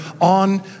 on